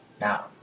Now